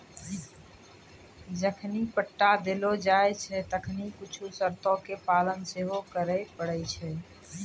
जखनि पट्टा देलो जाय छै तखनि कुछु शर्तो के पालन सेहो करै पड़ै छै